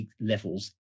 levels